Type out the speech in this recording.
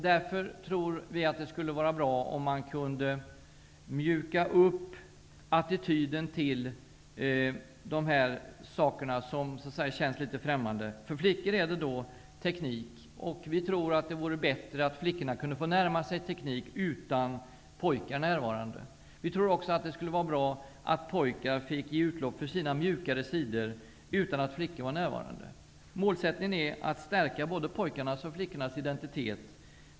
Därför tror vi att det skulle vara bra om man kunde mjuka upp attityden till dessa saker som känns litet främmande. För flickor gäller det tekniken. Vi tror att det vore bättre om flickorna fick närma sig tekniken utan pojkar närvarande. Vi tror också att det vore bra om pojkarna fick ge utlopp åt sina mjukare sidor utan att flickor är närvarande. Målsättningen är att stärka både flickors och pojkars identitet.